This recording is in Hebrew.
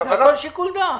שיקול דעת.